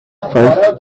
five